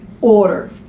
order